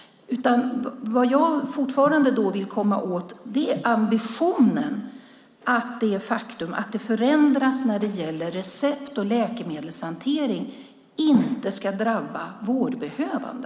Jag vill fortfarande komma åt ambitionen att förändringen när det gäller recept och läkemedelshantering inte ska drabba vårdbehövande.